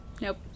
Nope